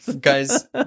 Guys